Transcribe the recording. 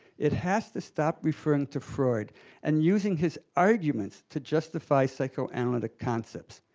it has to stop referring to freud and using his arguments to justify psychoanalytic concepts.